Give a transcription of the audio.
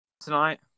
Tonight